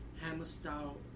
Hammer-style